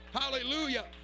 Hallelujah